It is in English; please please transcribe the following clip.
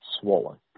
swollen